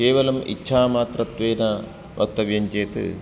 केवलम् इच्छा मात्रत्वेन वक्तव्यं चेत्